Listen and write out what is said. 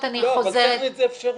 טכנית זה אפשרי.